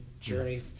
journey